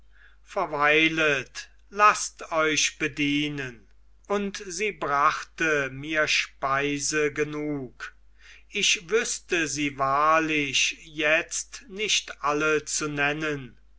verweilet laßt euch bedienen und sie brachte mir speise genug ich wüßte sie wahrlich jetzt nicht alle zu nennen